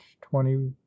twenty